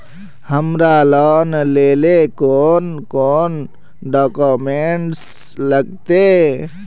हमरा लोन लेले कौन कौन डॉक्यूमेंट लगते?